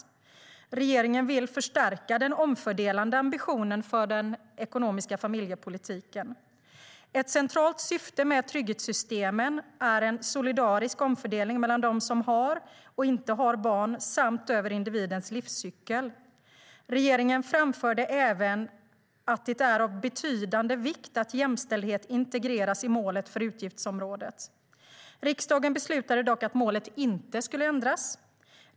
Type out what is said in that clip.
Regeringen vill förstärka den omfördelande ambitionen för den ekonomiska familjepolitiken. Ett centralt syfte med trygghetssystemen är en solidarisk omfördelning mellan dem som har och inte har barn samt över individens livscykel. Regeringen framförde även att det är av betydande vikt att jämställdhet integreras i målet för utgiftsområdet. Riksdagen beslutade dock att målet inte skulle ändras.